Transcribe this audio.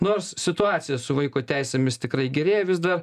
nors situacija su vaiko teisėmis tikrai gerėja vis dar